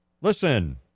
listen